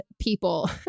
people